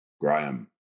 Graham